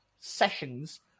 sessions